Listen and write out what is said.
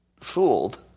fooled